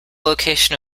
location